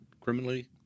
criminally